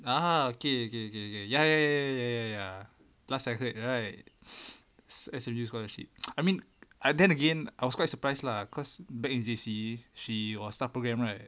ah K K K K ya ya ya ya ya last I heard right S_M_U scholarship I mean I then again I was quite surprised lah cause back in J_C she was staff programme right